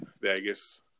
Vegas